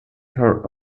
her